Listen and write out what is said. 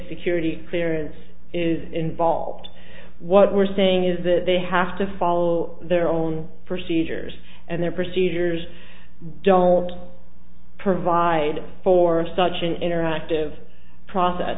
security clearance is involved what we're saying is that they have to follow their own procedures and their procedures don't provide for such an interactive process